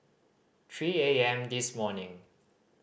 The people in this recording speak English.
three A M this morning